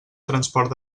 transport